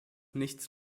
nichts